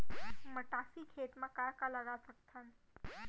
मटासी खेत म का का लगा सकथन?